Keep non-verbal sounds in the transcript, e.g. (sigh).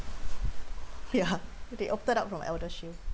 ya (laughs) they opted out from Eldershield